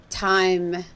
time